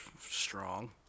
Strong